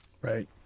Right